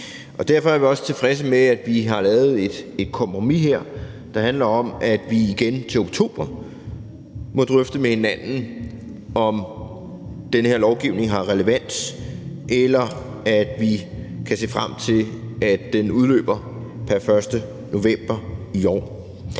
Derfor er vi også tilfredse med, at vi har lavet et kompromis her, der handler om, at vi igen til oktober må drøfte med hinanden, om den her lovgivning har relevans, eller om vi kan se frem til, at den udløber pr. 1. november i år.